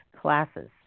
classes